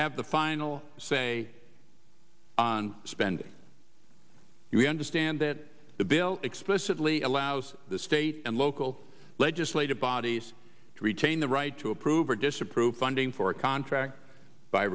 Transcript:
have the final say on spending we understand that the bill explicitly allows the state and local legislative bodies to retain the right to approve or disapprove funding for a contract by